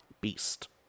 beast